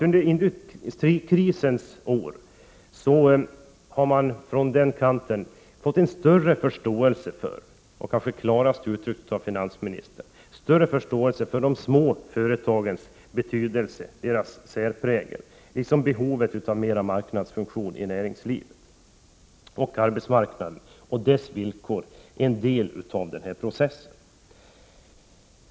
Sedan industrikrisens år har man från den kanten fått en större förståelse för de små företagens betydelse och deras särprägel liksom för behovet av mera marknadsfunktion i näringslivet. Detta har kanske klarast uttryckts av finansministern. Arbetsmarknaden och dess villkor är en del av denna process.